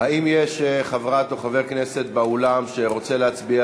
האם יש חברת או חבר כנסת באולם שרוצה להצביע